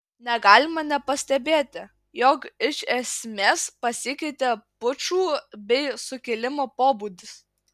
negalima nepastebėti jog iš esmės pasikeitė pučų bei sukilimo pobūdis